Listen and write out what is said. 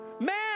Man